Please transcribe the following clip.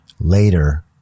later